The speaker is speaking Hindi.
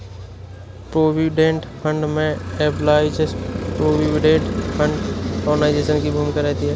प्रोविडेंट फंड में एम्पलाइज प्रोविडेंट फंड ऑर्गेनाइजेशन की भूमिका रहती है